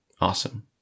awesome